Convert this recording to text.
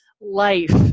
life